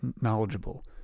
knowledgeable